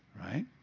Right